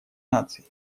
наций